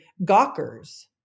gawkers